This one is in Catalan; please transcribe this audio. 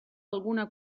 alguna